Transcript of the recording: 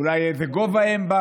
איזה גובה הם.